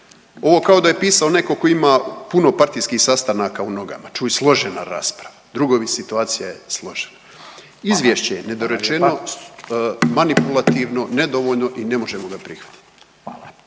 Ovo kao da je pisao neko ko ima puno partijskih sastanaka u noga, čuj složena rasprava, drugovi situacija je složena. Izvješće je …/Upadica: Hvala, hvala lijepa./… nedorečeno, manipulativno, nedovoljno i ne možemo ga prihvatiti.